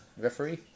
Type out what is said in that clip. referee